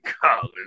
college